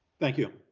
thank you.